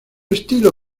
estilo